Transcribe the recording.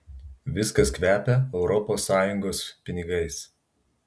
viskas kvepia europos sąjungos pinigais